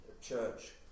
church